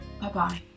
Bye-bye